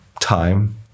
time